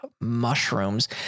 mushrooms